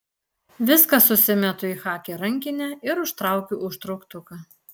viską susimetu į chaki rankinę ir užtraukiu užtrauktuką